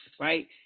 right